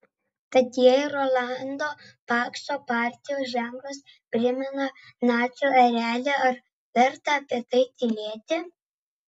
tad jei rolando pakso partijos ženklas primena nacių erelį ar verta apie tai tylėti